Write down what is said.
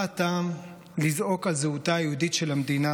מה הטעם לזעוק על זהותה היהודית של המדינה